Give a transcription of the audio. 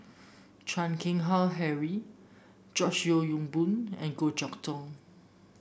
Chan Keng Howe Harry George Yeo Yong Boon and Goh Chok Tong